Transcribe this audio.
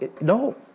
No